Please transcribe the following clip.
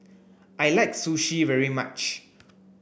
I like Sushi very much